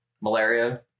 Malaria